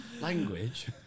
Language